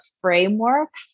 framework